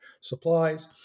supplies